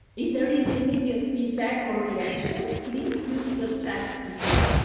if there is immediate feedback or reaction. please use the chat feature